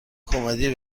کمدی